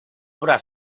obra